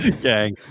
gang